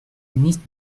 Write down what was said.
ministre